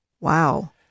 Wow